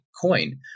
coin